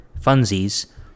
funsies